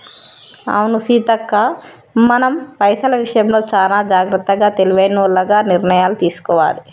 అవును సీతక్క మనం పైసల విషయంలో చానా జాగ్రత్తగా తెలివైనోల్లగ నిర్ణయాలు తీసుకోవాలి